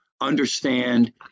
understand